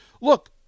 Look